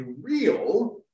real